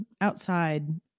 outside